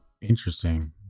Interesting